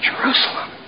Jerusalem